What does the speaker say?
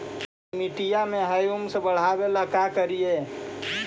मिट्टियां में ह्यूमस बढ़ाबेला का करिए?